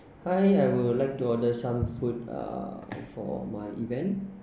hi I would like to order some food uh for my event